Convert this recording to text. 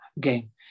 game